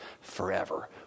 forever